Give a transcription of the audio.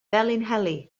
felinheli